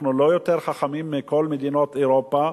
אנחנו לא יותר חכמים מכל מדינות אירופה,